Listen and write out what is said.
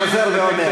ואני חוזר ואומר,